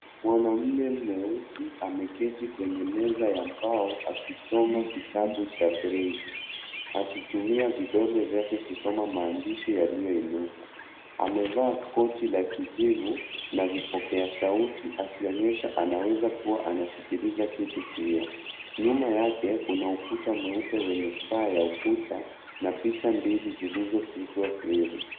Mwanamume mweusi ameketi kwenye meza ya mbao akisoma kitabu cha breli, akitumia vidole vyake kusoma maandishi yaliyo inuka. Amevaa koti la kijivu na vipokea sauti akionyesha anaweza kuwa anasikiliza kitu pia. Nyuma yake kuna ukuta mweupe wenye saa ya ukuta na picha mbili zilizopigwa fremu.